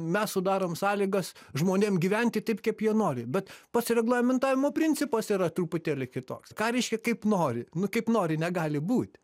mes sudarom sąlygas žmonėm gyventi taip kaip jie nori bet pats reglamentavimo principas yra truputėlį kitoks ką reiškia kaip nori nu kaip nori negali būt